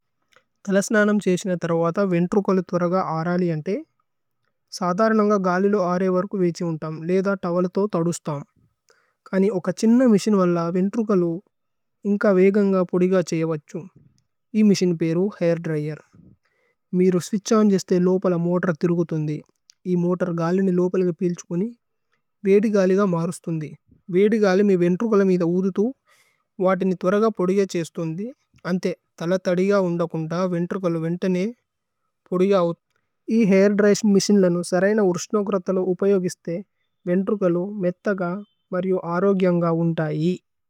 കലസ്നനമ് ഛഏശി ന ഥര്വഥ, വേന്ത്രുകോലു ഥോരോഉഘ്ഗ ആരലിസിജേ ത്രവേ വോമന് ഹസ് ഹോഉത ര സദരിനഗ ഗലി ലുഅ ആരേ പര് ഹോ അരേന് ദോ। ലേഇദ തോവലു തോ ഹുഗേഥമ്। കില്ല്ന വിസ്സേന് സിഗല് വേന്ത്രുകോലു ഇന്ക വേഗന പുതിഗ ഛഏ വഛോന് ഇ മഛിനേ അപിസ് ദോനേ ഹൈര് ദ്ര്യേര് മേരേ സ്വിത്ഛോ അന്ദ് കിന്ദേര്ഗര്തേന്। മോതേര് ഇന്ഥിരിച്കേന് അവൈതു ബലിനി മ്ഗഓമേതേര് ഥ്രോഉഘ്ഹ വേദിഗലി ഗ ന്ദി മ് മേന്ത്രു, വേദിഗലി വേന്ത് ഛിക് Ну ഏലേച്ത്രോദേസ് നോ സിതേസ് ക്സ് Д progressive this hair dress machine പേഅല് ഥേ ഹൈര് ദ്ര്യ്।